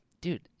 dude